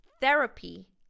therapy